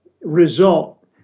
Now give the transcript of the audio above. result